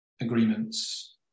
agreements